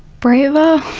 braver